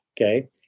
Okay